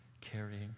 carrying